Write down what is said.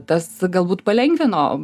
tas galbūt palengvino